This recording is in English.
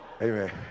Amen